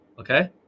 Okay